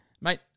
Mate